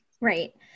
Right